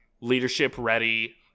leadership-ready